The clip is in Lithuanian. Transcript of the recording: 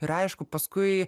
ir aišku paskui